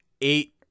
eight